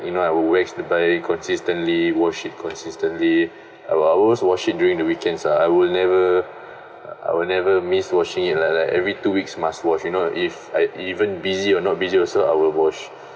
you know I would wax the bike consistently wash it consistently I will always wash it during the weekends lah I will never I will never miss washing it lah like that every two weeks must wash you know if I even busy or not busy also I will wash